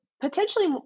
potentially